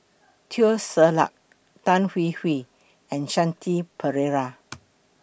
Teo Ser Luck Tan Hwee Hwee and Shanti Pereira